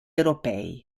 europei